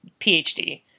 PhD